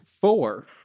Four